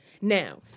now